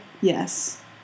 yes